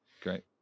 Great